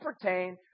pertain